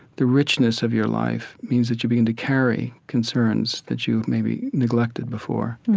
the richness of your life means that you begin to carry concerns that you maybe neglected before.